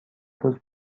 روز